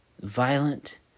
violent